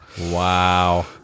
wow